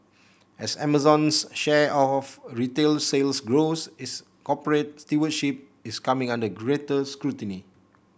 as Amazon's share of retail sales grows its corporate stewardship is coming under greater scrutiny